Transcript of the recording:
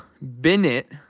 Bennett